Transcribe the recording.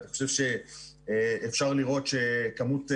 אני חושב שאפשר לראות שכמות,